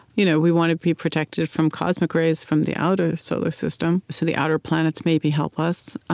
you know we want to be protected from cosmic rays from the outer solar system so the outer planets, maybe, help us.